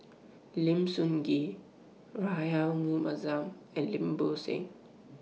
Lim Sun Gee Rahayu Mahzam and Lim Bo Seng